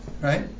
right